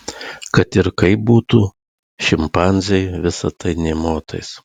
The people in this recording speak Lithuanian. kad ir kaip būtų šimpanzei visa tai nė motais